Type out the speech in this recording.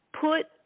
put